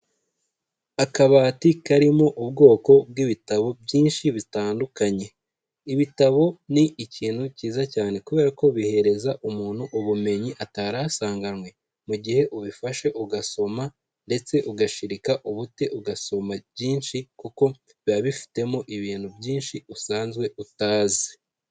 Akabati karimo ubwoko bw'ibitabo byinshi bitandukanye. Ibitabo ni ikintu cyiza cyane kubera ko bihereza umuntu ubumenyi atari asanganywe mu gihe ubifashe ugasoma ndetse ugashirika ubute ugasoma byinshi kuko biba bifitemo ibintu byinshi usanzwe utazi.